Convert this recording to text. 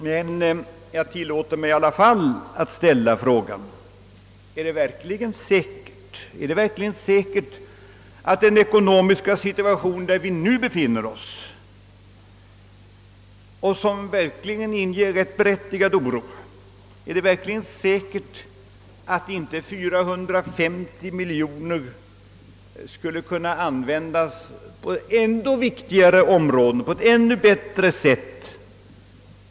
Men jag tillåter mig i alla fall att ställa frågan: Är det verkligen säkert att i den ekonomiska situation som vi nu befinner oss i och som verkligen inger berättigad oro, inte 450 miljoner skulle kunna användas på ännu viktigare områden, på ännu bättre sätt?